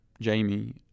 Jamie